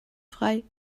frei